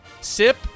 SIP